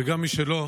וגם מי שלא,